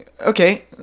okay